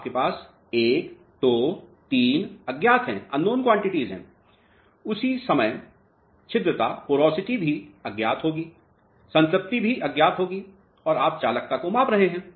आपके पास 1 2 3 अज्ञात हैं उसी समय छिद्रता भी अज्ञात होगी संतृप्ति भी अज्ञात होगी और आप चालकता को माप रहे हैं